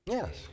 Yes